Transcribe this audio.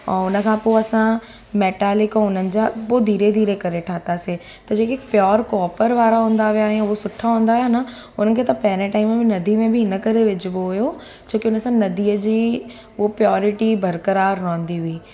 ऐं हुन खां पोइ असां मेटालिक ऐं हुननि जा पोइ धीरे धीरे करे ठाहियासीं त जेके प्यॉर कॉपर वारा हूंदा हुआ उए सुठा हूंदा हुआ न हुननि खे त पहिरियों टाइम में नदी में बि इन करे विझिबो हुओ छोकी हुन सां नदीअ जी उहो प्यॉरिटी बर्क़रारु रहंदी हुई